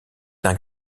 d’un